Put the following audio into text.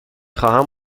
خواهم